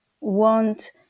want